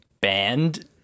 band